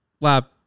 Lab